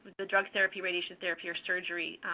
the drug therapy, radiation therapy, or surgery.